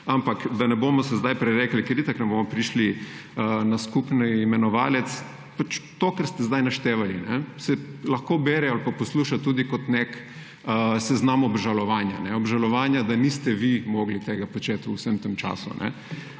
Ampak da se ne bomo zdaj prerekali, ker itak ne bomo prišli na skupni imenovalec. To, kar ste zdaj naštevali, se lahko bere ali pa posluša tudi kot nek seznam obžalovanja. Obžalovanja, da niste vi mogli tega početi v vsem tem času.